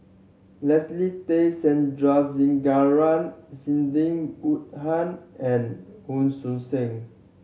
Leslie Tay Sandrasegaran Sidney Woodhull and Hon Sui Sen